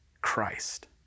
Christ